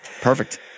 Perfect